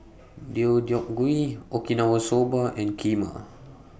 Deodeok Gui Okinawa Soba and Kheema